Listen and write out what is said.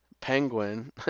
Penguin